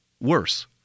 worse